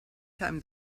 time